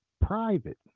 private